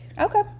Okay